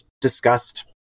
discussed